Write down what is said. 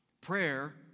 Prayer